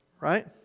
Right